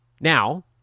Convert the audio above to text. Now